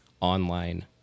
online